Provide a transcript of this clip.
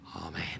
amen